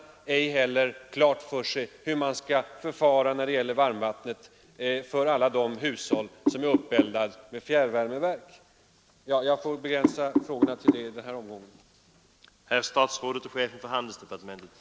De har inte heller klart för sig hur man skall förfara när det gäller varmvattnet för alla de hushåll som är uppeldade genom fjärrvärmeverk. Jag får i denna omgång begränsa mig till detta.